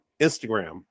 Instagram